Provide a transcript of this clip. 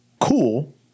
Cool